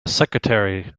secretary